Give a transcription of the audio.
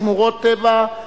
שמורות טבע,